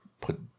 put